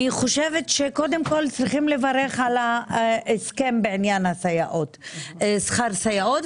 אני חושבת שקודם כל צריכים לברך על ההסכם בעניין שכר סייעות.